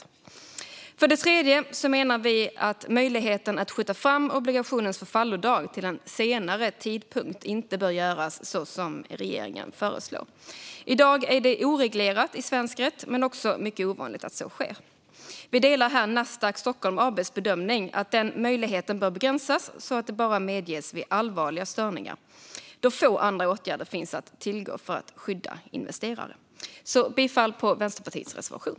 Ändrade regler om säkerställda obligationer För det tredje menar vi att möjligheten att skjuta fram obligationens förfallodag till en senare tidpunkt inte bör göras så som regeringen föreslår. I dag är det oreglerat i svensk rätt, men det är också mycket ovanligt att så sker. Vi delar här Nasdaq Stockholm AB:s bedömning att denna möjlighet bör begränsas så att den bara medges vid allvarliga störningar då få andra åtgärder finns att tillgå för att skydda investerare. Jag yrkar som sagt bifall till Vänsterpartiets reservation.